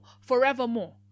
Forevermore